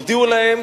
הודיעו להם